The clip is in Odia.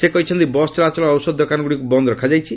ସେ କହିଛନ୍ତି ବସ୍ ଚଳାଚଳ ଓ ଔଷଧ ଦୋକାନଗୁଡ଼ିକୁ ବନ୍ଦ ରଖାଯାଇଛି